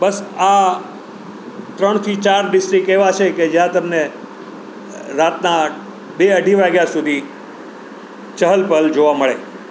બસ આ ત્રણથી ચાર ડિસ્ટ્રિક્ટ એવા છે કે જ્યાં તમને રાતના બે અઢી વાગ્યા સુધી ચહલ પહલ જોવા મળે